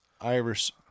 Iris